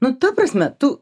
nu ta prasme tu